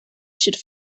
should